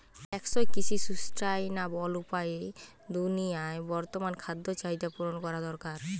টেকসই কৃষি সুস্টাইনাবল উপায়ে দুনিয়ার বর্তমান খাদ্য চাহিদা পূরণ করা দরকার